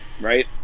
right